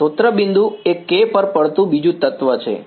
સ્ત્રોત બિંદુ એ K પર પડતું બીજું તત્વ છે